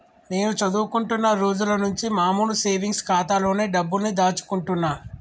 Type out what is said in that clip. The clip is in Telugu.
నేను చదువుకుంటున్న రోజులనుంచి మామూలు సేవింగ్స్ ఖాతాలోనే డబ్బుల్ని దాచుకుంటున్నా